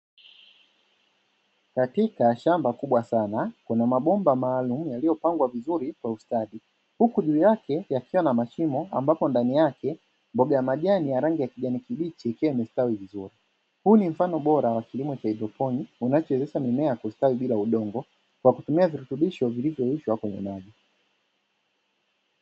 Katika shamba kubwa sana kuna mabomba maalumu yaliyopangwa vizuri kwa ustadi, huku juu yake yakiwa na mashimo ambapo ndani yake mboga ya majani ya rangi ya kijani kibichi, ikiwa imestawi vizuri. Huu ni mfano bora wa kilimo cha haidroponi, unaowezesha mimea kustawi bila udongo kwa kutumia virutubisho vilivyoyeyushwa kwenye maji.